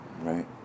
Right